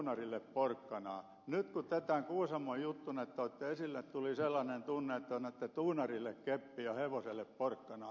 nyt kun te tämän kuusamon juttunne toitte esille tuli sellainen tunne että annatte duunarille keppiä ja hevoselle porkkanaa